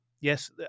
Yes